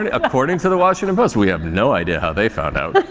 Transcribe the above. and according to the washington post. we have no idea how they found out.